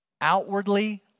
outwardly